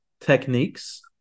techniques